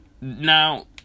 Now